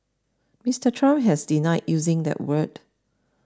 Mister Trump has denied using that word